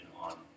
on